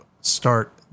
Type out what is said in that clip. start